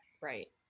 Right